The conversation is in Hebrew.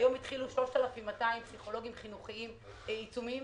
היום התחילו 3,200 פסיכולוגים חינוכיים בעיצומים.